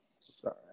Sorry